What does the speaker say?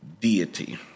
deity